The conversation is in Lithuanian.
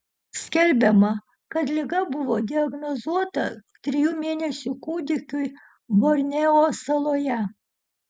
skelbiama kad liga buvo diagnozuota trijų mėnesių kūdikiui borneo saloje